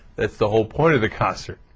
that's the whole point of the concert